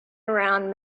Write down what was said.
around